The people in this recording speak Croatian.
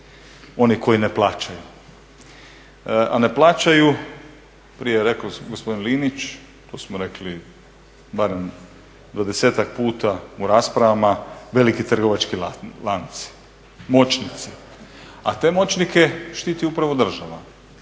oni koji ne plaćaju. A ne plaćaju, prije je rekao gospodin Linić, to smo rekli barem 20-ak puta u raspravama, veliki trgovački lanci, moćnici, a te moćnike štiti upravo država.